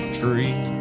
tree